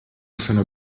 sono